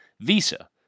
Visa